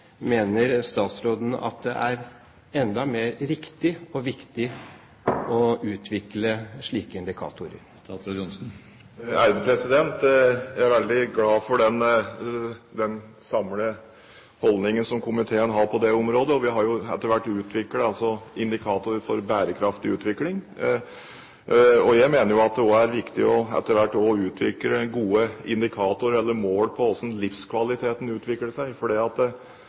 mener han at det er enda mer riktig og viktig å utvikle slike indikatorer? Jeg er veldig glad for at komiteen har en felles holdning på dette området. Vi har etter hvert utviklet indikatorer for bærekraftig utvikling. Jeg mener det også er viktig etter hvert å utvikle gode indikatorer eller mål på hvordan livskvaliteten utvikler seg.